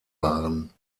waren